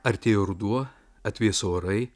artėjo ruduo atvėso orai